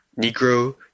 Negro